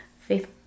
faith